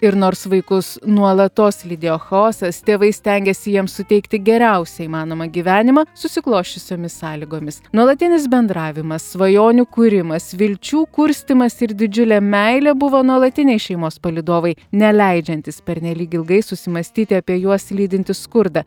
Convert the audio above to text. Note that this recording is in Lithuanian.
ir nors vaikus nuolatos lydėjo chaosas tėvai stengėsi jiems suteikti geriausią įmanomą gyvenimą susiklosčiusiomis sąlygomis nuolatinis bendravimas svajonių kūrimas vilčių kurstymas ir didžiulė meilė buvo nuolatiniai šeimos palydovai neleidžiantys pernelyg ilgai susimąstyti apie juos lydintį skurdą